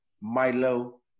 Milo